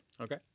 Okay